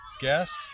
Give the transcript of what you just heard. guest